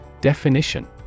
Definition